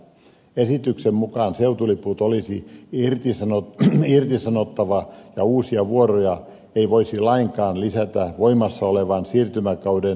esityksen mukaan seutuliput olisi irtisanottava ja uusia vuoroja ei voisi lainkaan lisätä voimassa olevan siirtymäkauden liikennöintisopimukseen